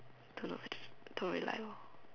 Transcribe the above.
don't know where to don't really like lor